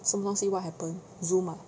什么东西 what happen you mah